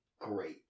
great